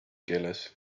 keeles